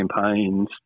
campaigns